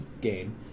game